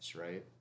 right